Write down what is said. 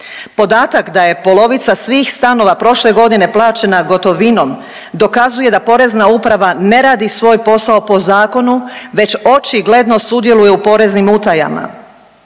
Podatak da je polovica svih stanova prošle godine plaćena gotovinom dokazuje da Porezna uprava ne radi svoj posao po zakonu već očigledno sudjeluje u poreznim utajama.